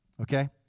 okay